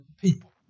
people